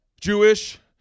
Jewish